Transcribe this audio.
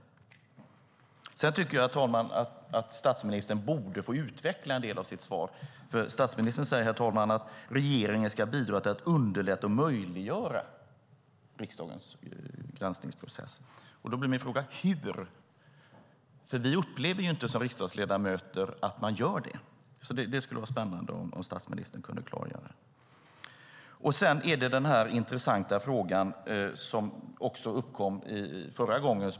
Sedan tycker jag, herr talman, att statsministern borde få utveckla en del av sitt svar. Statsministern säger, herr talman, att regeringen ska bidra till att underlätta och möjliggöra riksdagens granskningsprocess. Då blir min fråga: Hur? Vi upplever ju inte som riksdagsledamöter att man gör det. Det skulle vara spännande om statsministern kunde klargöra det. Sedan är det en intressant fråga som också uppkom förra gången.